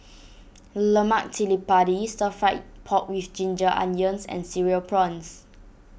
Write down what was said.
Lemak Cili Padi Stir Fry Pork with Ginger Onions and Cereal Prawns